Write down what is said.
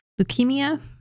leukemia